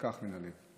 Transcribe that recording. שיישכח מן הלב,